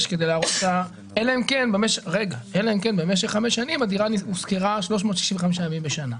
שנים אלא אם כן במשך חמש שנים הדירה הושכרה 365 ימים בשנה.